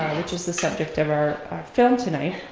which is the subject of our film tonight,